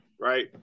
right